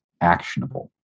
actionable